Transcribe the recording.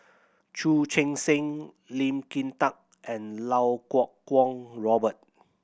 Chu Chee Seng Lee Kin Tat and Iau Kuo Kwong Robert